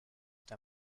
der